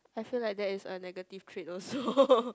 I feel like there is a negative trait also